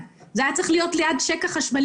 והתפקיד שלכם כמבקרים הוא לבדוק את זה.